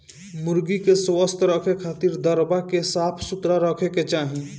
मुर्गी के स्वस्थ रखे खातिर दरबा के साफ सुथरा रखे के चाही